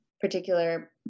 particular